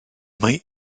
mae